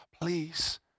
please